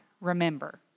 remember